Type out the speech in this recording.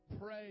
pray